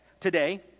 today